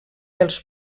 els